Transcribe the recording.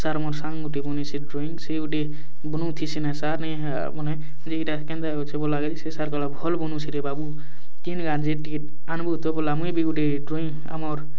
sir ମୋର୍ ସାଙ୍ଗ୍ ଗୁଟେ ବନେଇଛେ ଡ୍ରଇଂ ସିଏ ଗୁଟେ ବନଉଥିସି ନ ସାର୍ ମାନେ ଯେ ଇ'ଟା କେନ୍ତା ହେଇଛେ ବୋଏଲା କିରି ସେ ସାର୍ କହେଲେ ଭଲ୍ ବନଉଛେରେ ବାବୁ କେନ୍ ଗାଁ'ର୍ ଯେ ଟିକେ ଆନ୍ବୁ ତ ବୋଏଲା ମୁଇଁ ବି ଗୁଟେ ଡ୍ରଇଂ ଆମର୍